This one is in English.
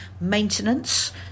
maintenance